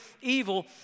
evil